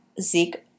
Zeke